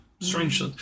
Strange